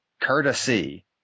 courtesy